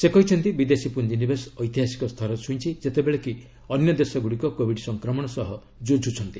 ସେ କହିଛନ୍ତି ବିଦେଶୀ ପୁଞ୍ଜିନିବେଶ ଐତିହାସିକ ସ୍ତର ଛୁଇଁଛି ଯେତେବେଳେ କି ଅନ୍ୟ ଦେଶ ଗୁଡ଼ିକ କୋବିଡ୍ ସଂକ୍ରମଣ ସହ ଜୁଝୁଛନ୍ତି